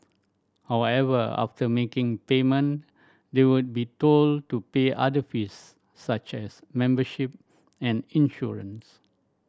however after making payment they would be told to pay other fees such as membership and insurance